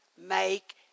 Make